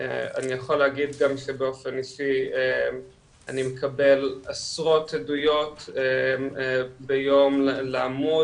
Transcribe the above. אני יכול להגיד גם שבאופן אישי אני מקבל עשרות עדויות ביום לעמוד,